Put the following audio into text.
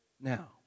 Now